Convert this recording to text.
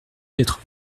quatre